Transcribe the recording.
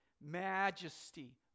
majesty